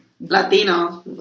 Latino